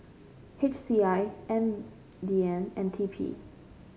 H C I M D N and T P